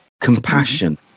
compassion